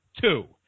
two